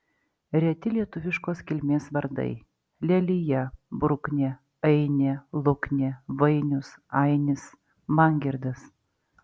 reti lietuviškos kilmės vardai lelija bruknė ainė luknė vainius ainis mangirdas